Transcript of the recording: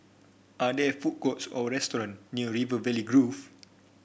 are there food courts or restaurant near River Valley Grove